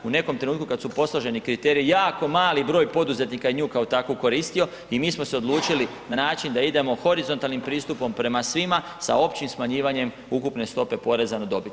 U nekom trenutku kada su posloženi kriteriji jako mali broj poduzetnika nju kao takvu je koristio i mi smo odlučili na način da idemo horizontalnim pristupom prema svima sa općim smanjivanjem ukupne stope poreza na dobit.